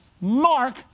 mark